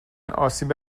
آسیب